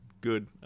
Good